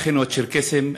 מאחינו הצ'רקסים,